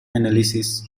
analysis